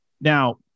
Now